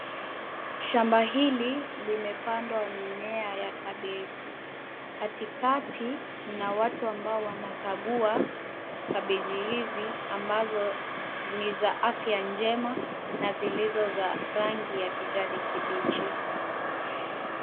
Shamba hili limepandwa mimea ya kabichi. Katikati, mna watu ambao wanakagua kabichi hizi ambazo ni za afya njema na zilizo za rangi ya kijani kibichi.